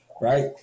right